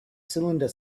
cylinder